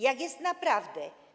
Jak jest naprawdę?